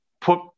put